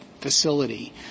facility